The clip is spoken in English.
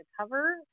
cover